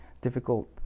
difficult